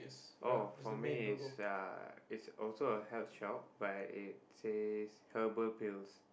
oh for me is uh it's also a health shop but it says herbal pills